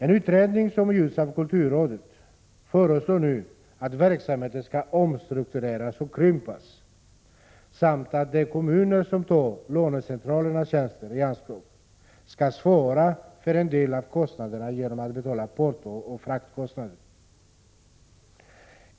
En utredning som har gjorts av kulturrådet föreslår nu att verksamheten skall omstruktureras och krympas samt att de kommuner som tar lånecentralernas tjänster i anspråk skall svara för en del av kostnaderna genom att betala portooch fraktkostnader.